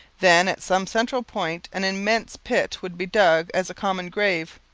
then at some central point an immense pit would be dug as a common grave.